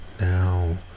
Now